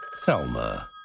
Thelma